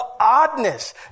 oddness